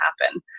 happen